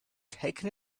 taken